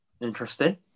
Interesting